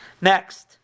Next